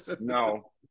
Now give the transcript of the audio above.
No